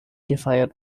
gefeiert